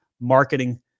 marketing